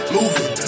Moving